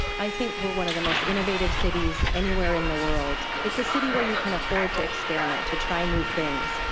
i think we are one of the most innovative cities anywhere in the world. it is a city where you can afford to experiment, to try new things.